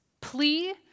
Plea